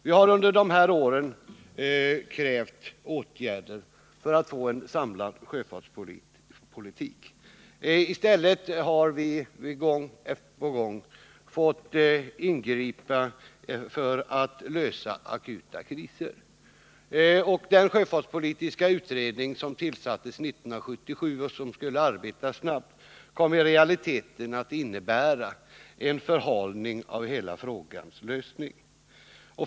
Vi har under dessa år krävt åtgärder för att få en samlad sjöfartspolitik. I stället har vi gång på gång fått ingripa för att klara akuta kriser. Den sjöfartspolitiska utredning som tillsattes 1977 och som skulle arbeta snabbt kom i realiteten att innebära en förhalning av hela frågans lösning.